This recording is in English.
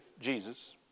Jesus